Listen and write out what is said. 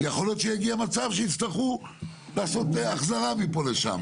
יכול להיות שיגיע מצב שיצטרכו לעשות החזרה מפה לשם,